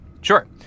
Sure